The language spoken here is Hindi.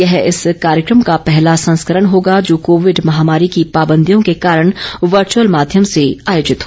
यह इस कार्यक्रम का पहला संस्करण होगा जो कोविड महामारी की पाबंदियों के कारण वर्चअल माध्यम से आयोजित होगा